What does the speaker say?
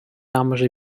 амӑшӗ